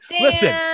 Listen